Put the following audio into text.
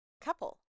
couple